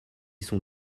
sont